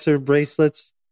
bracelets